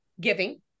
giving